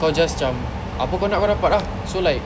kau just cam apa kau nak kau dapat ah so like